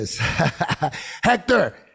Hector